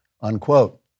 unquote